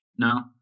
No